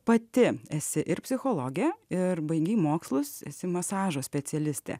pati esi ir psichologė ir baigei mokslus esi masažo specialistė